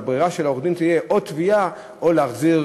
הברירה של עורך-הדין תהיה או תביעה או להחזיר,